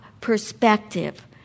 perspective